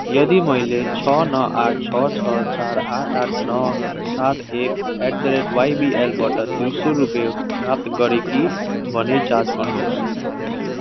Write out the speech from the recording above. यदि मैले छ नौ आठ छ छ चार आठ आठ नौ सात एक एट द रेट वाइबिएलबाट दुई सय रुपियाँ प्राप्त गरेँ कि भनी जाँच गर्नु होस्